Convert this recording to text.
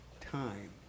time